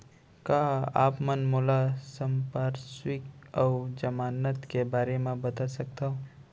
का आप मन मोला संपार्श्र्विक अऊ जमानत के बारे म बता सकथव?